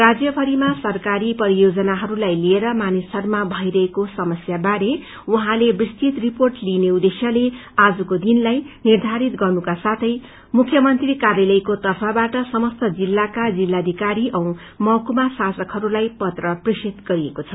राज्यभरिमा सरकारी परियोजनाहरूलाई लिएर मानिसहरूमा भइरहेको समस्या बारे उहाँले विस्तृत रिर्पोट लिइने उद्खेश्यले आजको दिनलाई निर्धारित साथै मुख्यमन्त्री कार्यालयको तर्फबाट समस्त जिल्लाका जिल्लाधिकारी औ महकुमा शासकहरूलाई पत्र प्रेषित गरिएको छ